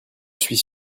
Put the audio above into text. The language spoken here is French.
suis